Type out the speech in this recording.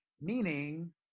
meaning